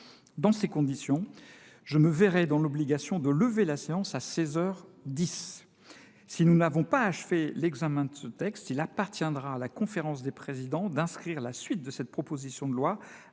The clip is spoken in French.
Dans ces conditions, je me verrai dans l’obligation d’arrêter la séance à seize heures dix. Si nous n’avions pas achevé l’examen du texte, il appartiendrait à la conférence des présidents d’inscrire la suite de cette proposition de loi à